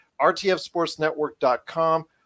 rtfsportsnetwork.com